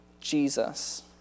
Jesus